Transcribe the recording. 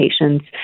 patients